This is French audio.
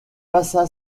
passa